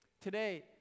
Today